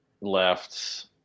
left